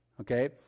Okay